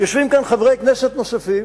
יושבים כאן חברי כנסת נוספים.